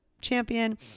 Champion